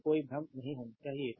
तो कोई भ्रम नहीं होना चाहिए